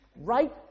Right